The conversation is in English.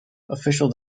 official